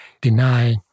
deny